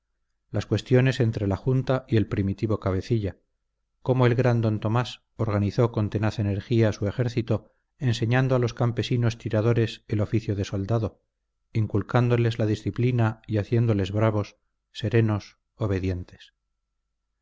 las cuestiones entre la junta y el primitivo cabecilla cómo el gran d tomás organizó con tenaz energía su ejército enseñando a los campesinos tiradores el oficio de soldado inculcándoles la disciplina y haciéndoles bravos serenos obedientes